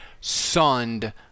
sunned